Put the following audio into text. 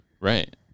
Right